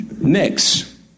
Next